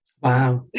wow